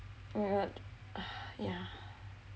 what yah